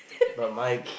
but my